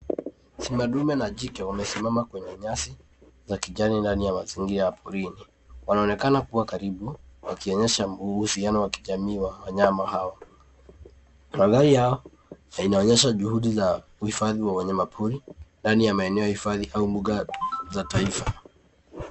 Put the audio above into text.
Simba ndume na jike wamesimama kwenye nyasi za kijani ndani ya mazingira ya porini. Wanaonekana kuwa karibu wakionyesha uhusiano wa kijamii wa wanyama hao. Mandhari haya yanaonyesha juhudi za uhifadhi wa wanyama pori ndani ya maeneo hifadhi au mbuga za taifa.